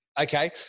Okay